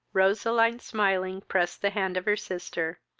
roseline, smiling, pressed the hand of her sister,